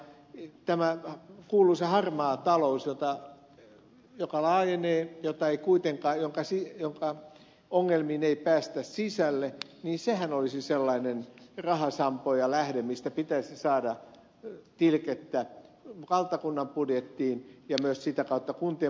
ja tämä kuuluisa harmaa taloushan joka laajenee jonka ongelmiin ei päästä sisälle olisi sellainen rahasampo ja lähde mistä pitäisi saada tilkettä valtakunnan budjettiin ja myös sitä kautta kuntien budjettiin